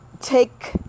take